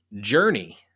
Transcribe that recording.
Journey